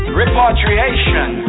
repatriation